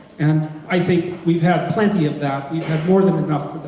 and, i think we'd had plenty of that, we'd had more than enough for that,